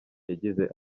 yagize